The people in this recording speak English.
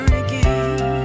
again